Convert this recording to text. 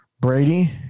Brady